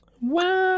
Wow